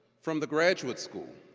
from the graduate school.